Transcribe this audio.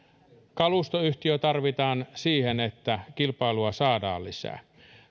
kalustoyhtiö tarvitaan siihen että kilpailua saadaan lisää